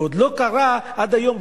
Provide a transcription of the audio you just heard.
ועוד לא קרה עד היום,